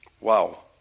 Wow